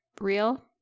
real